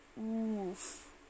Oof